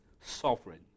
sovereign